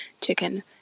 chicken